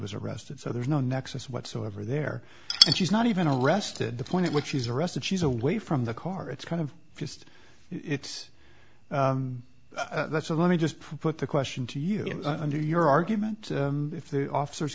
was arrested so there's no nexus whatsoever there and she's not even arrested the point at which she's arrested she's away from the car it's kind of just it's that's a let me just put the question to you under your argument if the officers